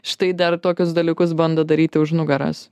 štai dar tokius dalykus bando daryti už nugaros